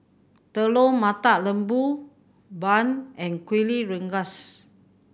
Telur Mata Lembu bun and Kuih Rengas